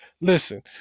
listen